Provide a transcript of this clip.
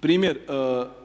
primjer